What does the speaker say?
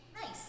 Nice